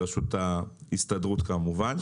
בראשות ההסתדרות כמובן,